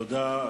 תודה.